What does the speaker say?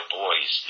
boys